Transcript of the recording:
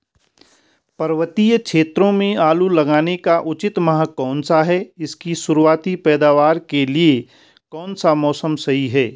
पर्वतीय क्षेत्रों में आलू लगाने का उचित माह कौन सा है इसकी शुरुआती पैदावार के लिए कौन सा मौसम सही है?